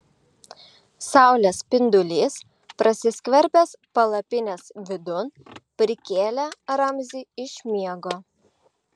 saulės spindulys prasiskverbęs palapinės vidun prikėlė ramzį iš miego